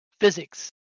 physics